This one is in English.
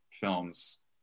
films